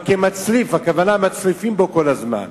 אבל כמצליף, הכוונה, מצליפים בו כל הזמן.